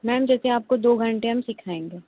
ma'am जैसे आपको दो घंटे हम सिखाएँगे